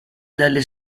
dalle